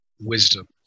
wisdom